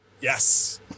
Yes